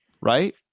right